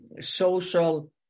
social